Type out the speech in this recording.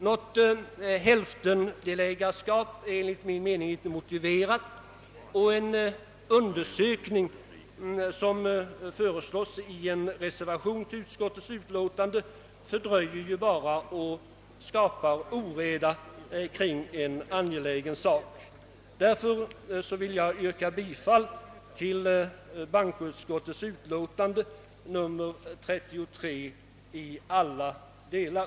Något hälftendelägarskap är enligt min mening inte motiverat, och en undersökning om detta, som föreslås i en reservation till utskottets utlåtande, fördröjer bara och skapar oreda i en angelägen sak. Med det anförda vill jag yrka bifall till bankoutskottets förslag i dess utlåtande nr 33 till alla delar.